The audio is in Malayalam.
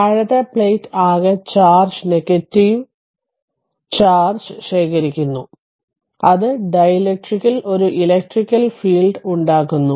താഴത്തെ പ്ലേറ്റ് ആകെ ചാർജ് നെഗറ്റീവ് ചാർജ് ശേഖരിക്കുന്നു അത് ഡീലക്ട്രിക്കിൽ ഒരു ഇലക്ട്രിക്കൽ ഫീൽഡ് ഉണ്ടാക്കുന്നു